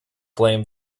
blame